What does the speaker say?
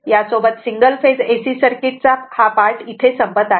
या सोबत single phase AC circuit चा हा पार्ट इथे संपत आहे